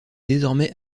désormais